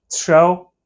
show